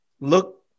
look